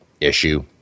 issue